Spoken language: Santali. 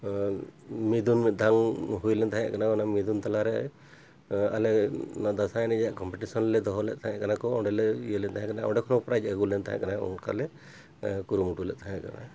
ᱢᱤᱫ ᱫᱷᱟᱣ ᱦᱩᱭ ᱞᱮᱱ ᱛᱟᱦᱮᱸ ᱠᱟᱱᱟ ᱚᱱᱟ ᱢᱤᱫᱩᱱ ᱛᱟᱞᱟᱨᱮ ᱟᱞᱮ ᱚᱱᱟ ᱫᱟᱸᱥᱟᱭ ᱨᱮᱱᱟᱜ ᱠᱚᱢᱯᱤᱴᱤᱥᱮᱱ ᱞᱮ ᱫᱚᱦᱚ ᱞᱮᱫ ᱛᱟᱦᱮᱸ ᱠᱟᱱᱟ ᱠᱚ ᱚᱸᱰᱮᱞᱮ ᱤᱭᱟᱹ ᱞᱮᱱ ᱛᱟᱦᱮᱸ ᱠᱟᱱᱟ ᱚᱸᱰᱮ ᱠᱷᱚᱱᱦᱚᱸ ᱯᱨᱟᱭᱤᱡᱽ ᱟᱹᱜᱩᱞᱮᱱ ᱛᱟᱦᱮᱸ ᱠᱟᱱᱟ ᱚᱱᱠᱟ ᱞᱮ ᱠᱩᱨᱩᱢᱩᱴᱩ ᱞᱮᱫ ᱛᱟᱦᱮᱸ ᱠᱟᱱᱟ